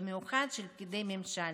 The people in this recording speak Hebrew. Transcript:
במיוחד של פקידי ממשל.